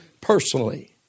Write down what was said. personally